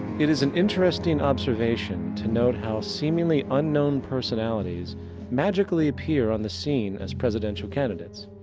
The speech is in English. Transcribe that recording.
it is an interesting observation to note how seemingly unknown personalities magically appear on the scene as presidential candidates.